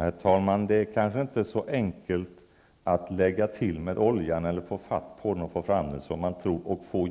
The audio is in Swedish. Herr talman! Det är kanske inte så enkelt att lägga till i hamnen med oljan, få fatt på den, och få fram